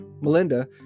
Melinda